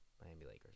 Miami-Lakers